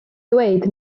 dweud